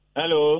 Hello